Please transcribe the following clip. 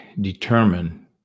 determine